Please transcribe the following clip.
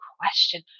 question